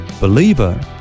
believer